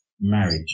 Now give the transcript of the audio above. marriage